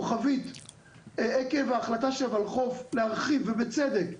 עקב ההחלטה של וולחו"ף להרחיב, ובצדק,